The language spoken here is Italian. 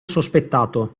sospettato